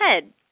ahead